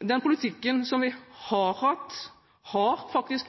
Den politikken som vi har hatt, har faktisk